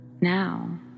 Now